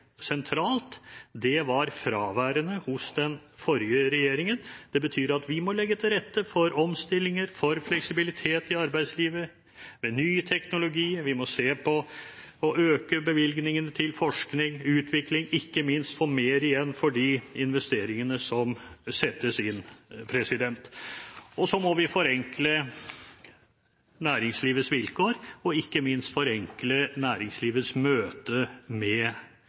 sentralt. Det var fraværende hos den forrige regjeringen. Det betyr at vi må legge til rette for omstillinger, for fleksibilitet i arbeidslivet, for ny teknologi. Vi må se på å øke bevilgningene til forskning, utvikling, ikke minst få mer igjen for de investeringene som foretas. Og så må vi forenkle næringslivets vilkår, og ikke minst forenkle næringslivets møte med